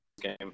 Game